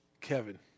Kevin